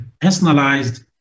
personalized